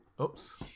Oops